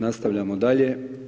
Nastavljamo dalje.